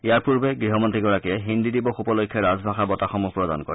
ইয়াৰ পূৰ্বে গৃহমন্ত্ৰীগৰাকীয়ে হিন্দী দিৱস উপলক্ষে ৰাজভাষা বঁটাসমূহ প্ৰদান কৰে